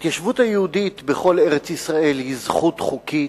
ההתיישבות היהודית בכל ארץ-ישראל היא זכות חוקית,